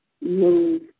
move